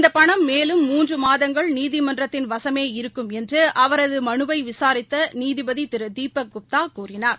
இந்தபணம் மேலும் மூன்றுமாதங்கள் நீதிமன்றத்தின் வசமே இருக்கும் என்றுஅவரதுமனுவைவிசாரித்தநீதிபதிதிருதீபக் குப்தாகூறினார்